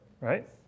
right